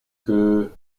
que